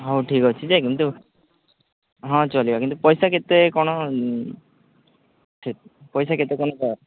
ହଉ ଠିକ୍ ଅଛି ଯେ କିନ୍ତୁ ହଁ ଚଳିବ କିନ୍ତୁ ପଇସା କେତେ କ'ଣ ପଇସା କେତେ କ'ଣ କର